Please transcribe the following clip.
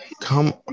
Come